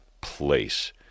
place